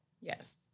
Yes